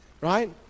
right